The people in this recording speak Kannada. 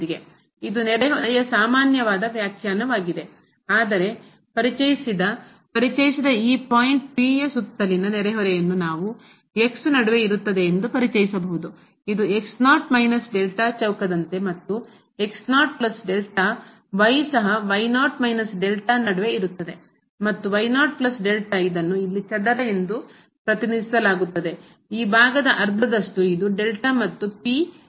ಇದು ನೆರೆಹೊರೆಯ ಸಾಮಾನ್ಯವಾದ ವ್ಯಾಖ್ಯಾನವಾಗಿದೆ ಆದರೆ ಪರಿಚಯಿಸಿದ ಪರಿಚಯಿಸಿದ ಈ ಪಾಯಿಂಟ್ ಹಂತದ P ಯ ಸುತ್ತಲಿನ ನೆರೆಹೊರೆಯನ್ನು ನಾವು ನಡುವೆ ಇರುತ್ತದೆ ಎಂದು ಪರಿಚಯಿಸಬಹುದು ಇದು ಮತ್ತು ಸಹ ನಡುವೆ ಇರುತ್ತದೆ ಮತ್ತು ಇದನ್ನು ಇಲ್ಲಿ ಚದರ ಎಂದು ಪ್ರತಿನಿಧಿಸಲಾಗುತ್ತದೆ ಈ ಭಾಗದ ಅರ್ಧದಷ್ಟು ಇದು ಮತ್ತು P ಬಿಂದುವಾಗಿದೆ